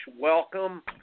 welcome